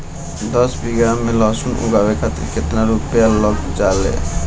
दस बीघा में लहसुन उगावे खातिर केतना रुपया लग जाले?